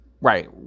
right